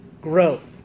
growth